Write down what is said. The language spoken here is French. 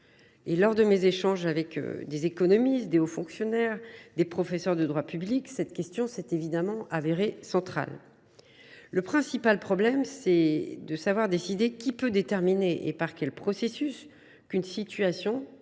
Lors de mes échanges avec des économistes, de hauts fonctionnaires et des professeurs de droit public, la question est apparue comme centrale. Le principal problème, c’est de décider qui peut déterminer, et par quel processus, qu’une situation doit